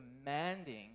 demanding